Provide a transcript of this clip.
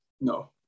No